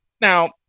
now